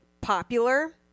popular